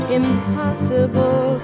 impossible